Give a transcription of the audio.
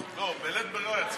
לא, בלית ברירה היא יצאה.